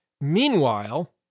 Meanwhile